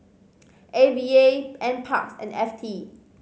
A V A Nparks and F T